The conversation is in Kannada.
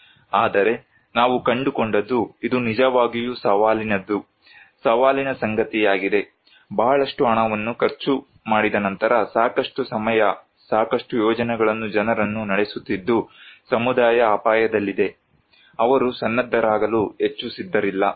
ಆದರೆ ನಾವು ಕಂಡುಕೊಂಡದ್ದು ಇದು ನಿಜವಾಗಿಯೂ ಸವಾಲಿನದು ಸವಾಲಿನ ಸಂಗತಿಯಾಗಿದೆ ಬಹಳಷ್ಟು ಹಣವನ್ನು ಖರ್ಚು ಮಾಡಿದ ನಂತರ ಸಾಕಷ್ಟು ಸಮಯ ಸಾಕಷ್ಟು ಯೋಜನೆಗಳನ್ನು ಜನರನ್ನು ನಡೆಸುತ್ತಿದ್ದು ಸಮುದಾಯ ಅಪಾಯದಲ್ಲಿದೆ ಅವರು ಸನ್ನದ್ಧರಾಗಲು ಹೆಚ್ಚು ಸಿದ್ಧರಿಲ್ಲ